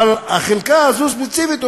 אבל החלקה הזו ספציפית,